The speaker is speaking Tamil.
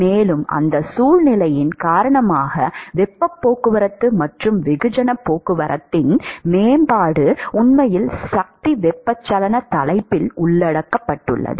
மேலும் அந்த சூழ்நிலையின் காரணமாக வெப்பப் போக்குவரத்து மற்றும் வெகுஜனப் போக்குவரத்தின் மேம்பாடு உண்மையில் சக்தி வெப்பச்சலனத் தலைப்பில் உள்ளடக்கப்படும்